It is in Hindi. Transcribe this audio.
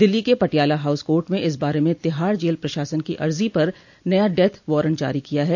दिल्ली के पटियाला हाउस कोर्ट में इस बारे में तिहाड़ जेल प्रशासन की अर्जी पर नया डेथ वारंट जारी किया है